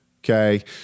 okay